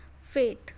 faith